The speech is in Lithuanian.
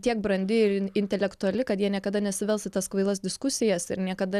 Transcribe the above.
tiek brandi ir in intelektuali kad jie niekada nesivels į tas kvailas diskusijas ir niekada